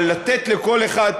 אבל לתת לכל אחד?